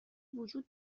وجود